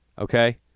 Okay